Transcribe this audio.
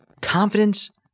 confidence